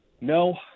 No